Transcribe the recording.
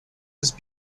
his